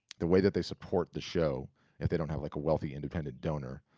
the way that they support the show if they don't have like a wealthy, independent donor,